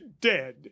dead